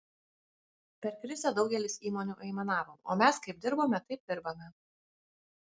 per krizę daugelis įmonių aimanavo o mes kaip dirbome taip dirbame